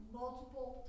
multiple